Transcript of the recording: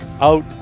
out